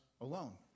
alone